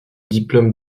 diplôme